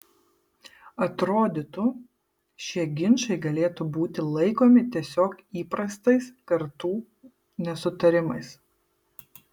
atrodytų šie ginčai galėtų būti laikomi tiesiog įprastais kartų nesutarimais